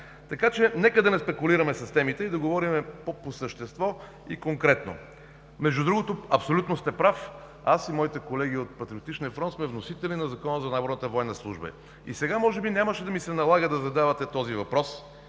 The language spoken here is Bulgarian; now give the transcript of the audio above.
Така че нека да не спекулираме с темите и да говорим по същество и конкретно. Между другото, абсолютно сте прав – аз и моите колеги от Патриотичния фронт сме вносители на Закона за наборната военна служба. И сега може би нямаше да се налага да задавате този въпрос